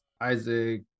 Isaac